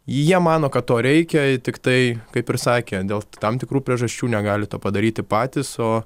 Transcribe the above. jie mano kad to reikia tiktai kaip ir sakė dėl tam tikrų priežasčių negali to padaryti patys o